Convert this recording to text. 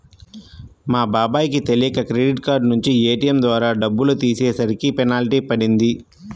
మా బాబాయ్ కి తెలియక క్రెడిట్ కార్డు నుంచి ఏ.టీ.యం ద్వారా డబ్బులు తీసేసరికి పెనాల్టీ పడింది